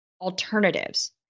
alternatives